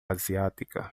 asiática